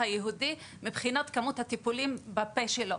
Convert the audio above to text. יהודי מבחינת כמות הטיפולים בפה שלו.